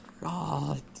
God